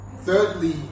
Thirdly